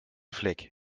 fleck